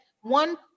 one